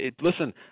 listen